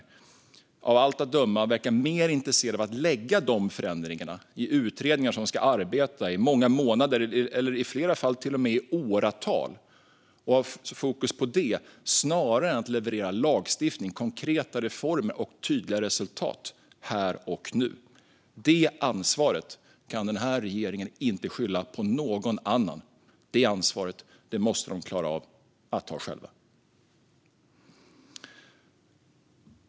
Men av allt att döma verkar man mer intresserad av att lägga de förändringarna i utredningar som ska arbeta i många månader, i flera fall till och med i åratal, och ha fokus på det snarare än att leverera lagstiftning, konkreta reformer och tydliga resultat här och nu. Det ansvaret kan den här regeringen inte lägga på någon annan. Det ansvaret måste de klara av att ta själva.